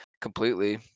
Completely